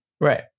Right